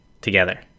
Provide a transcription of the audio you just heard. together